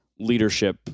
leadership